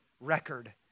record